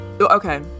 Okay